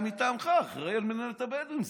הוא היה מטעמך אחראי למינהלת הבדואים.